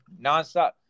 nonstop